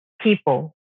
people